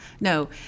no